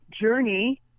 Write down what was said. journey